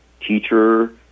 teacher